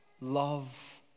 Love